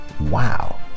Wow